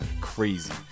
crazy